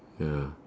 ya